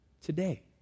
Today